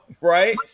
right